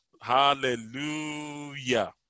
Hallelujah